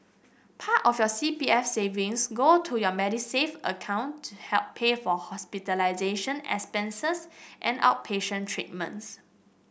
part of your C P F savings go to your Medisave account to help pay for hospitalization expenses and outpatient treatments